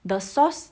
the sauce